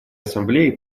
ассамблеи